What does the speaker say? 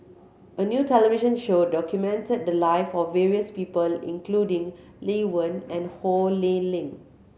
a new television show documented the life of various people including Lee Wen and Ho Lee Ling